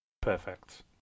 perfect